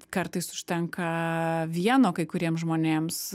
kartais užtenka vieno kai kuriems žmonėms